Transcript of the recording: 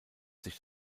sich